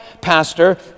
pastor